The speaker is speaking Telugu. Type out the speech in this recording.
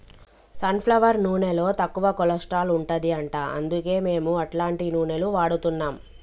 సన్ ఫ్లవర్ నూనెలో తక్కువ కొలస్ట్రాల్ ఉంటది అంట అందుకే మేము అట్లాంటి నూనెలు వాడుతున్నాం